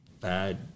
Bad